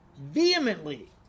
vehemently